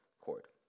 Court